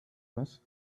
was